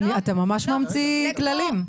אתה ממש ממציא כללים.